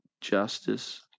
justice